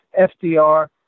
FDR